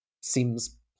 Seems